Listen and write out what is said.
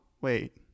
wait